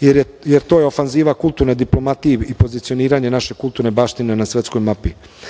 jer je to ofanziva kulturne diplomatije i pozicioniranje naše kulturne baštine na svetskoj mapi.